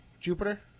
Jupiter